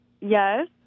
Yes